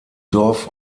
dorf